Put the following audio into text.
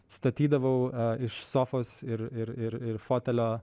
statydavau iš sofos ir ir fotelio